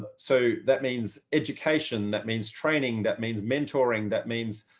ah so that means education, that means training. that means mentoring that means,